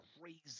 crazy